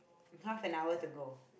half an hour to go